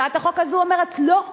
הצעת החוק הזאת אומרת: לא,